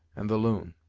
and the loon.